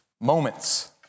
Moments